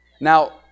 Now